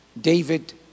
David